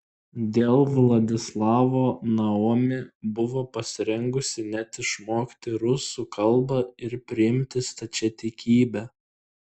dėl vladislavo naomi buvo pasirengusi net išmokti rusų kalbą ir priimti stačiatikybę